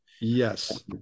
Yes